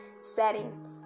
Setting